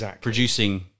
producing